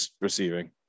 receiving